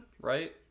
right